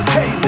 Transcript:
Hey